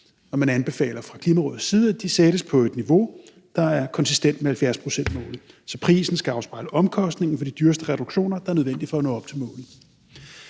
og man anbefaler fra Klimarådets side, at de sættes på et niveau, der er konsistent med 70-procentsmålet. Så prisen skal afspejle omkostningen for de dyreste reduktioner, der er nødvendige for at nå op til målet.